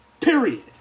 Period